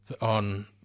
on